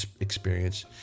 experience